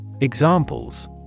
Examples